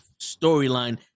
storyline